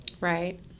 Right